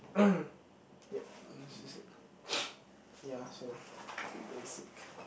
yup this is it yeah so it's pretty basic